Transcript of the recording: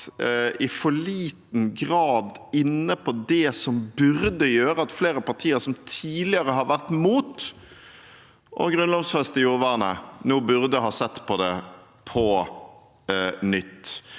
i for liten grad har vært inne på det som burde gjøre at flere partier som tidligere har vært imot å grunnlovfeste jordvernet, nå burde ha sett på det på nytt.